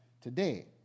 Today